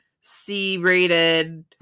C-rated